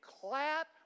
clap